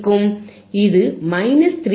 இது minus 3 D